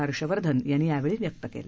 हर्षवर्धन यांनी यावेळी व्यक्त केलं